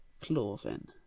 cloven